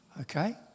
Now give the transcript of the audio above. okay